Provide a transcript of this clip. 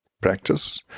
practice